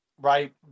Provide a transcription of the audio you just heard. right